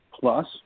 plus